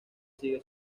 sigue